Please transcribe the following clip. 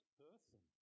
person